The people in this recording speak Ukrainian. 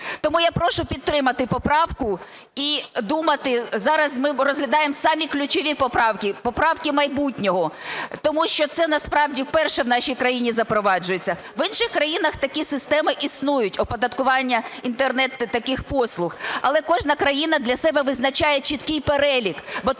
Тому я прошу підтримати поправку і думати, зараз ми розглядаємо самі ключові поправки – поправки майбутнього, тому що це насправді вперше в нашій країні запроваджується. В інших країнах такі системи існують – оподаткування інтернет таких послуг. Але кожна країна для себе визначає чіткий перелік,